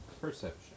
Perception